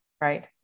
right